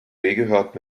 gehört